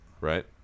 right